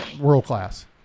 World-class